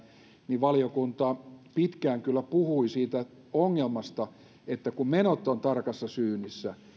niin valiokunta pitkään kyllä puhui siitä ongelmasta että kun menot ovat tarkassa syynissä